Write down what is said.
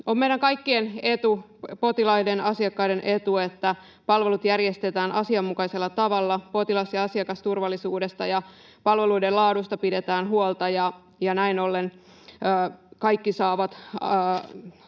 On meidän kaikkien etu, potilaiden ja asiakkaiden, että palvelut järjestetään asianmukaisella tavalla, niin että potilas- ja asiakasturvallisuudesta ja palveluiden laadusta pidetään huolta, ja näin ollen kaikki saavat